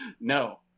no